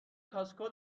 کاسکو